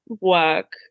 work